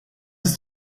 ist